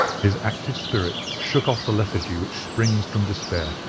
his active spirit shook off the lethargy which springs from despair.